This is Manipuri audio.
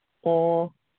ꯑꯣ